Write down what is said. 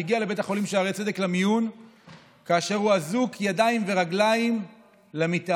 שהגיע לבית החולים שערי צדק למיון כאשר הוא אזוק ידיים ורגליים למיטה.